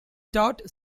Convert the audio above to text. taught